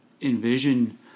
envision